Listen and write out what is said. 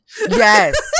yes